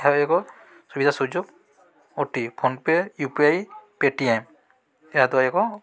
ଏହା ଏକ ସୁବିଧା ସୁଯୋଗ ଓଟି PhonePe U P I Paytm ଏହାଦ୍ୱାରା ଏକ